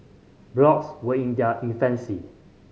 blogs were in their infancy